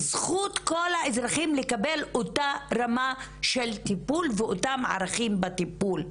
זכות כל האזרחים לקבל אותה רמה של טיפול ואותם ערכים בטיפול.